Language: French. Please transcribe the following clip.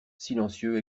silencieux